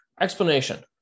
explanation